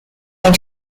ein